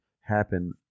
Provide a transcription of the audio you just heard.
happen